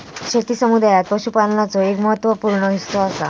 शेती समुदायात पशुपालनाचो एक महत्त्व पूर्ण हिस्सो असा